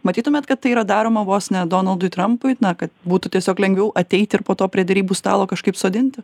matytumėt kad tai yra daroma vos ne donaldui trampui na kad būtų tiesiog lengviau ateiti ir po to prie derybų stalo kažkaip sodinti